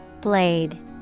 Blade